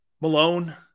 Malone